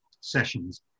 sessions